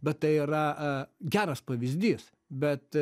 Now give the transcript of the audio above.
bet tai yra geras pavyzdys bet